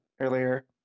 earlier